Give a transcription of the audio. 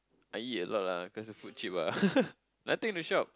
I eat a lot ah cause the food cheap ah nothing to shop